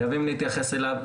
חייבים להתייחס אליו,